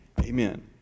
Amen